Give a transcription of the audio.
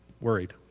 worried